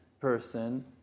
person